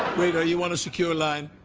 wait, are you on a secure line?